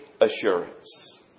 assurance